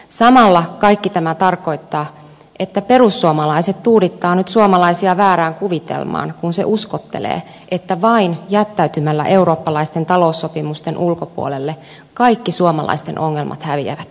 samalla kaikki tämä tarkoittaa että perussuomalaiset tuudittavat nyt suomalaisia väärään kuvitelmaan kun se uskottelee että vain jättäytymällä eurooppalaisten taloussopimusten ulkopuolelle kaikki suomalaisten ongelmat häviävät